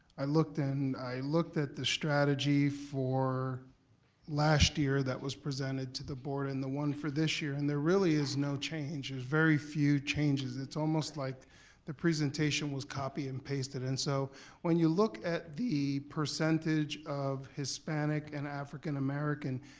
i looked, and i looked at the strategy for last year that was presented to the board, and the one for this year, and there really is no change, there's very few changes. it's almost like the presentation was copy and pasted and so when you look at the percentage of hispanic and african american,